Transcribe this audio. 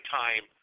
time